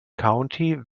county